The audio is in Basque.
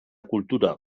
kultura